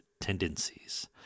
tendencies